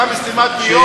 גם סתימת פיות?